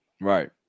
right